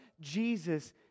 Jesus